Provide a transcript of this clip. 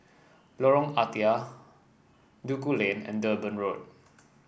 Lorong Ah Thia Duku Lane and Durban Road